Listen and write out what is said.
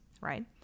right